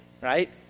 right